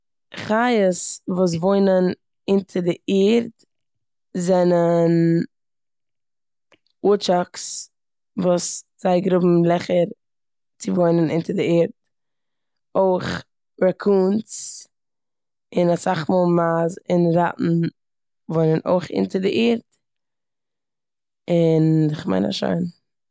חיות וואס וואוינען אונטער די ערד זענען וואד-טשאקס וואס זיי גראבן לעכער צו וואוינען אונטער די ערד, אויך רעקונס און אסאך מאל מייז און ראטן וואוינען אויך אונטער די ערד און כ'מיין אז שוין.